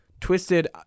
Twisted